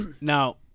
Now